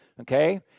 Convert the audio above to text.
okay